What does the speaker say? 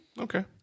Okay